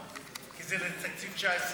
לא, כי זה בתקציב 2019,